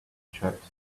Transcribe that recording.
charts